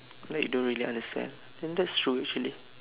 like don't really understand and that's true actually